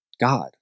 God